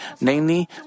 Namely